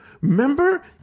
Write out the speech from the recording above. Remember